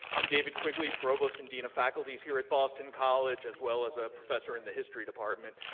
i'm david quigley, provost and dean of faculties here at boston college, as well as a professor in the history department.